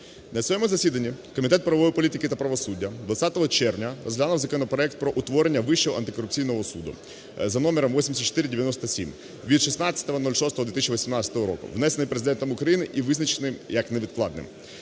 на своєму засіданні Комітет правової політики та правосуддя 20 червня розглянув законопроект про утворення Вищого антикорупційного суду (за № 8497 від 16.06.2018 року), внесений Президентом України і визначений ним як невідкладний.